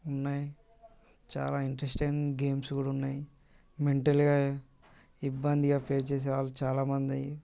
ఉన్నాయి చాలా interesting games కూడా ఉన్నాయి మెంటల్గా ఇబ్బందిగా ఫేస్ చేసే వాళ్ళు చాలా మంది